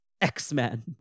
X-Men